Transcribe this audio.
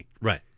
Right